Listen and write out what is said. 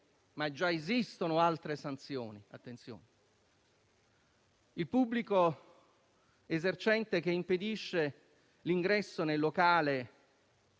già esistono altre sanzioni per il pubblico esercente che impedisce l'ingresso nel locale